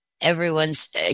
everyone's